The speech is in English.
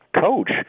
coach